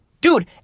Dude